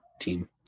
team